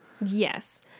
Yes